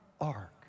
ark